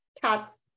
cats